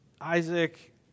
Isaac